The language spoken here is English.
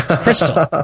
crystal